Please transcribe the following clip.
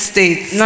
States